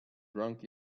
drunk